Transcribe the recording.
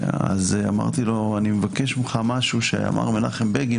אמרתי לו: אני מבקש ממך משהו שאמר מנחם בגין